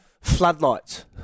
floodlights